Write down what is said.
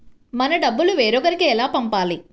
మన డబ్బులు వేరొకరికి ఎలా పంపాలి?